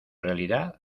realidad